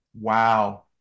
Wow